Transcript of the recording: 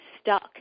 stuck